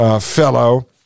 fellow